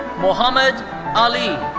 muhammad ali.